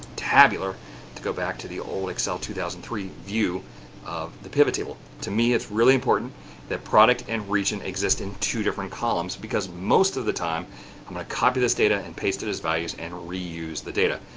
tabular to go back to the old excel two thousand and three, view of the pivot table, to me it's really important that product and region exist in two different columns because most of the time i'm going to copy this data and paste it as values and reuse the data.